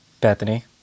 Bethany